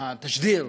התשדיר,